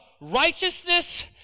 righteousness